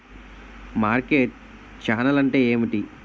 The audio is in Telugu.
మార్కెట్ ఛానల్ అంటే ఏమిటి?